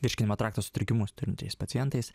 virškinimo trakto sutrikimus turinčiais pacientais